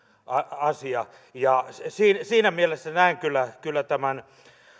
asia siinä siinä mielessä näen kyllä kyllä tämän